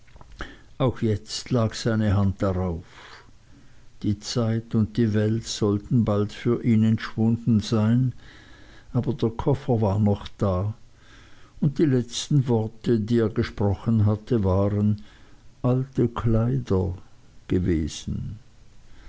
auch jetzt lag seine hand darauf die zeit und die welt sollten bald für ihn entschwunden sein aber der koffer war noch da und die letzten worte die er gesprochen hatte waren alte kleider gewesen